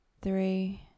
three